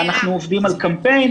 אנחנו עובדים על קמפיין.